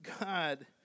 God